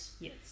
Yes